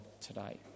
today